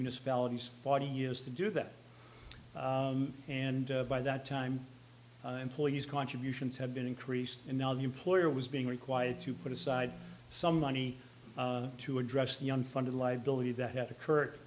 municipalities forty years to do that and by that time employees contributions have been increased and now the employer was being required to put aside some money to address the unfunded liability that have occurre